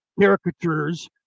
caricatures